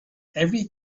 every